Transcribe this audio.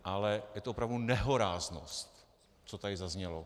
Ale je to opravdu nehoráznost, co tady zaznělo.